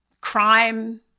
crime